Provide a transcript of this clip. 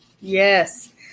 Yes